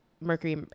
mercury